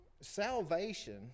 salvation